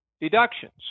deductions